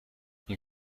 man